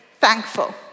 thankful